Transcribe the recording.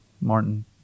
Martin